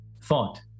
thought